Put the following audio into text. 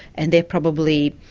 and they're probably,